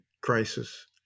crisis